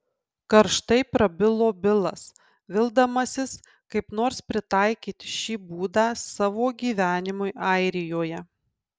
karštai prabilo bilas vildamasis kaip nors pritaikyti šį būdą savo gyvenimui airijoje